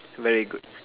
very good